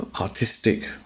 artistic